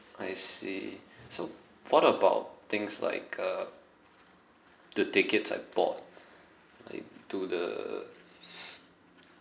I see so what about things like uh the tickets I bought like to the